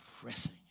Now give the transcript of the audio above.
pressing